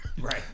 right